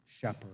shepherd